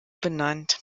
benannt